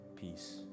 peace